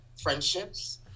friendships